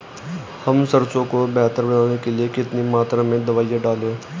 हम सरसों को बेहतर बनाने के लिए कितनी मात्रा में दवाई डालें?